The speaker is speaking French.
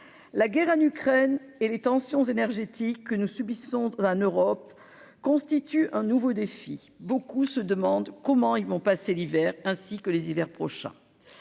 la guerre en Ukraine et les tensions énergétiques que nous subissons un Europe constitue un nouveau défi, beaucoup se demandent comment ils vont passer l'hiver, ainsi que les hivers prochains